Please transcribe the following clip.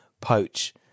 poach